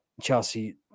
Chelsea